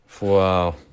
Wow